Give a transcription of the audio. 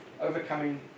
overcoming